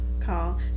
call